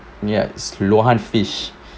ya it's lohan fish